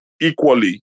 equally